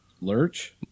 Lurch